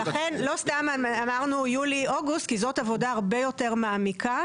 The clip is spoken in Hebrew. ולכן לא סתם אמרנו יולי-אוגוסט כי זו עבודה הרבה יותר מעמיקה